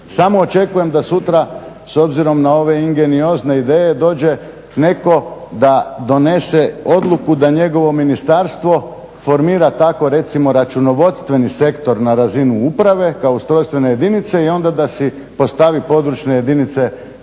Samo očekujem da sutra s obzirom na ove ingeniozne ideje dođe netko da donese odluku da njegovo ministarstvo formira tako recimo računovodstveni sektor na razinu uprave kao ustrojstvene jedinice i onda da si postavi područne jedinice po